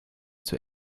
zur